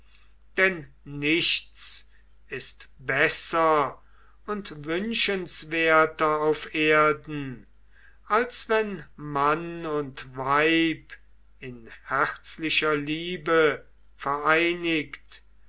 denn nichts ist besser und wünschenswerter auf erden als wenn mann und weib in herzlicher liebe vereinigt